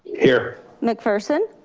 here. mcpherson?